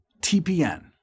TPN